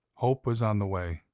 hope was on the way.